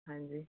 ਹਾਂਜੀ